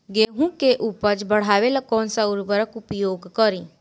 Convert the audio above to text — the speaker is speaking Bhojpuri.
गेहूँ के उपज बढ़ावेला कौन सा उर्वरक उपयोग करीं?